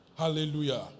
hallelujah